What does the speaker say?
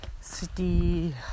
city